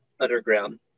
underground